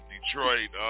Detroit